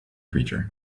creature